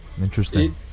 Interesting